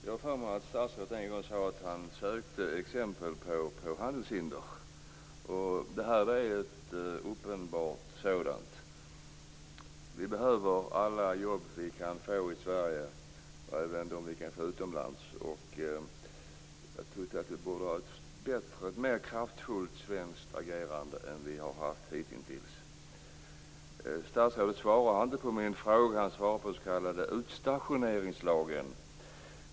Fru talman! Jag har för mig att statsrådet en gång sagt att han sökte exempel på handelshinder. Här finns ett uppenbart sådant. Vi behöver alla jobb som vi kan få i Sverige och även de jobb som vi kan få utomlands. Jag tror att det svenska agerandet borde ha varit mera kraftfullt än det hitintills varit. Statsrådet svarar inte på min fråga, utan han svarar om den s.k. utstationeringslagen.